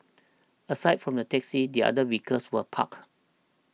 aside from the taxi the other vehicles were parked